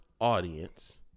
audience